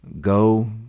go